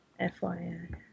FYI